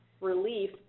relief